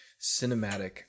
cinematic